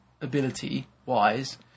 ability-wise